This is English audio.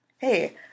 Hey